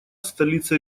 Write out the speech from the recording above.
столица